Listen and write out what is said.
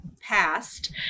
passed